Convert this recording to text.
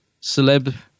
celeb